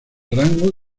rango